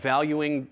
Valuing